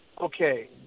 okay